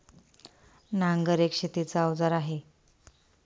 नांगर एक शेतीच अवजार आहे